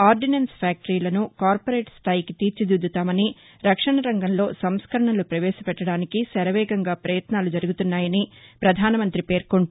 ordnance ఫ్యాక్టరీలను corporate స్థాయికి తీర్చుదిద్దుతామని రక్షణ రంగంలో సంస్కరణలు పవేశపెట్టడానికి శరవేగంగా పయత్నాలు జరుగుతున్నాయని పధాన మంతి పేర్కొంటూ